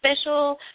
special